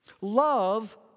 Love